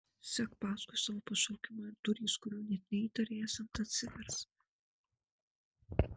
sek paskui savo pašaukimą ir durys kurių net neįtarei esant atsivers